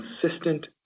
consistent